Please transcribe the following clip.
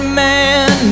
man